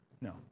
No